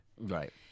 Right